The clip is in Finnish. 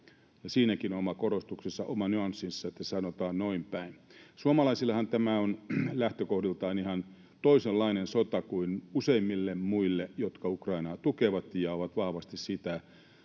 Siinäkin on oma korostuksensa ja oma nyanssinsa, että se sanotaan noin päin. Suomalaisillehan tämä on lähtökohdiltaan ihan toisenlainen sota kuin useimmille muille, jotka Ukrainaa tukevat ja ovat vahvasti siinä